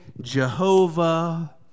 jehovah